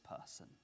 person